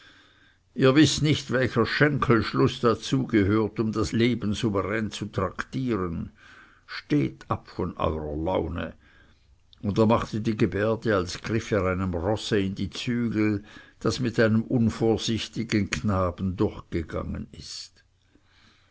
ihr wißt nicht welcher schenkelschluß dazu gehört um das leben souverän zu traktieren steht ab von eurer laune und er machte die gebärde als griffe er einem rosse in die zügel das mit einem unvorsichtigen knaben durchgegangen ist